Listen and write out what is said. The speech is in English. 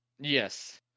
yes